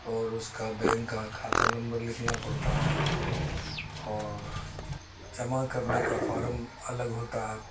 اور اس کا بینک کا کھاتہ نمبر لکھنا پڑتا ہے اور جمع کرنے کا فارم الگ ہوتا ہے